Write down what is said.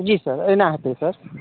जी sir एहिना हेतै sir